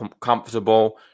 comfortable